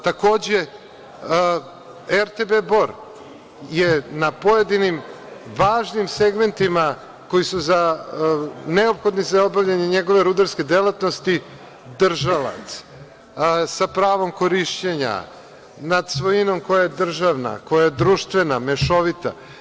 Takođe, RTB Bor je na pojedinim važnim segmentima, koji su neophodni za obavljanje njegove rudarske delatnosti držalac sa pravom korišćenja nad svojinom koja je državna, koja je društvena, koja je mešovita.